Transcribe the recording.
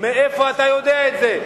מאיפה אתה יודע את זה?